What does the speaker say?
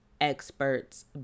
experts